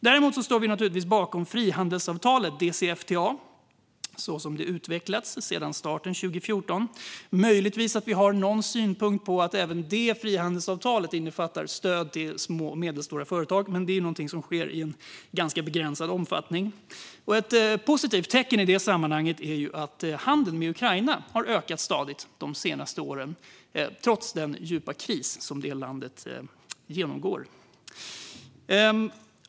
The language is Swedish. Däremot står vi naturligtvis bakom frihandelsavtalet DCFTA sådant det har utvecklats sedan starten 2014. Möjligtvis har vi någon synpunkt på att även det frihandelsavtalet innefattar stöd till små och medelstora företag, men det är något som sker i ganska begränsad omfattning. Ett positivt tecken i det sammanhanget är att handeln med Ukraina har ökat stadigt under de senaste åren, trots den djupa kris som det landet genomgår.